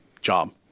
job